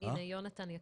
יונתן יקריא.